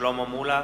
שלמה מולה,